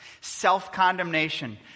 self-condemnation